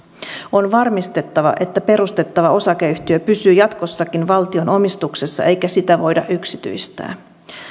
on varmistettava että perustettava osakeyhtiö pysyy jatkossakin valtion omistuksessa eikä sitä voida yksityistää